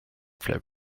flap